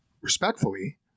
respectfully